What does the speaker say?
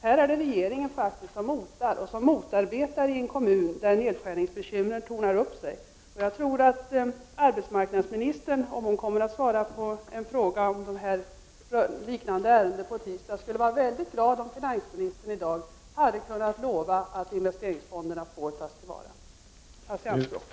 Här motarbetar regeringen en kommun där nedskärningsproblemen tornar upp sig. Arbetsmarknadsministern kommer kanske att besvara en fråga om liknande ärenden nästa tisdag, och jag tror att hon skulle ha blivit mycket glad om finansministern i dag hade kunnat lova att investeringsfonderna får tas i anspråk.